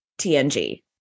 TNG